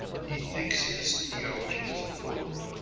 he thinks his theology is important.